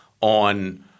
on